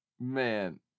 Man